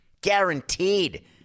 guaranteed